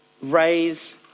raise